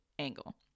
angle